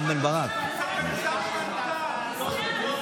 לא כאילו אתה בממשלה המקולקלת הזאת.